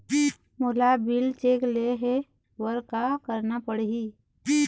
मोला bill check ले हे बर का करना पड़ही ही?